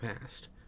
past